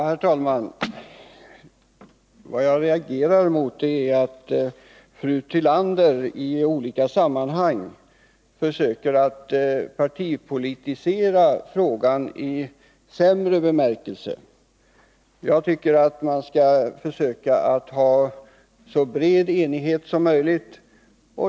Herr talman! Vad jag reagerar mot är att fru Tillander i olika sammanhang försöker att i sämre bemärkelse partipolitisera frågan. Jag tycker att man skall försöka att få så bred enighet som möjligt.